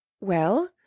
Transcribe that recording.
Well